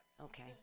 okay